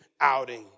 outing